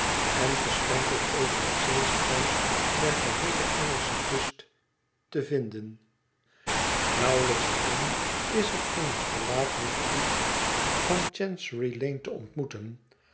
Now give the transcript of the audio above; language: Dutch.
en gesprenkeld over het zeezand der geheele engelsche kust te vinden nauwelijks een is er in het verlaten gebied van chancery lane te ontmoeten